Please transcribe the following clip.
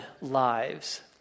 lives